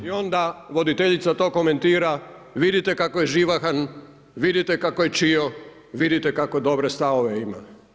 I onda voditeljica to komentira vidite kao je živahan, vidite kako je čio, vidite kakve dobre stavove ima.